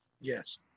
Yes